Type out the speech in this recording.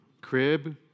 Crib